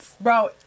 Bro